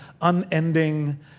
unending